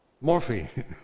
morphine